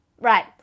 right